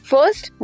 First